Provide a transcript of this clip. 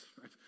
right